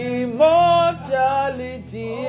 immortality